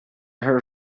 her